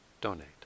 donate